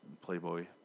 Playboy